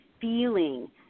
feeling